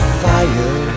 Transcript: fire